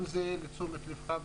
גם זה לתשומת ליבך.